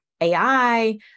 AI